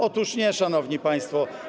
Otóż nie, szanowni państwo.